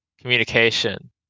communication